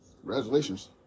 Congratulations